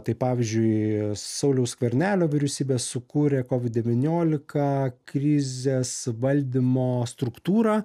tai pavyzdžiui sauliaus skvernelio vyriausybė sukūrė kovid devyniolika krizės valdymo struktūrą